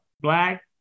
black